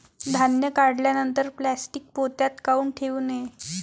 धान्य काढल्यानंतर प्लॅस्टीक पोत्यात काऊन ठेवू नये?